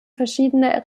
verschiedener